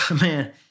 man